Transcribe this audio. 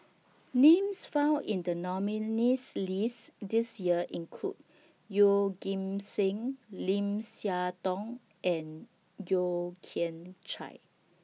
Names found in The nominees' list This Year include Yeoh Ghim Seng Lim Siah Tong and Yeo Kian Chai